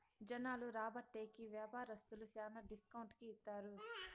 జనాలు రాబట్టే కి వ్యాపారస్తులు శ్యానా డిస్కౌంట్ కి ఇత్తారు